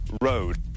road